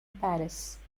paris